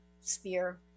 sphere